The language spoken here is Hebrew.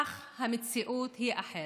אך המציאות היא אחרת,